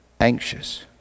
anxious